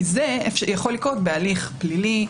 זה יכול לקרות בהליך פלילי,